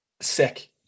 sick